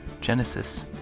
Genesis